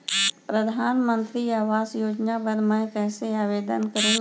परधानमंतरी आवास योजना बर मैं कइसे आवेदन करहूँ?